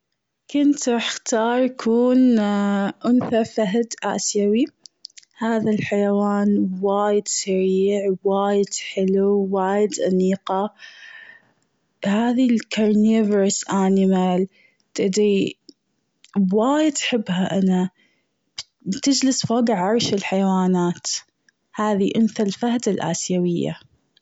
كنت راح اختار أكون أنثى فهد آسيوي هذا الحيوان وايد سريع وايد حلو وايد أنيقة هذي ال carnivorous anmial تدري وايد حبها أنا تجلس فوق عرش الحيوانات، هذي أنثى الفهد الآسيوية.